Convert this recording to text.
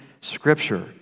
Scripture